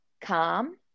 calm